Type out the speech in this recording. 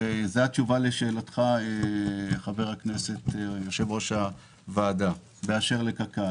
וזה התשובה לשאלת יושב-ראש הוועדה באשר לקק"ל,